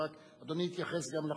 אדוני יתייחס גם לחוק,